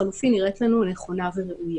נראית לנו נכונה וראויה.